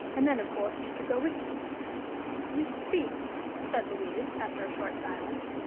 and then, of course, you could go with me you speak said louise, after a short silence,